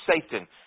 Satan